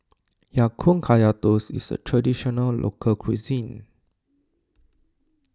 Ya Kun Kaya Toast is a Traditional Local Cuisine